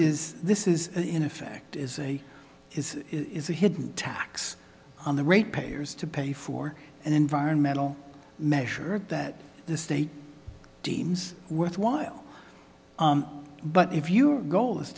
is this is in effect is a is is a hidden tax on the rate payers to pay for an environmental measure that the state deems worthwhile but if your goal is